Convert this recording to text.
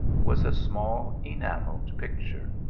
was a small enamelled picture.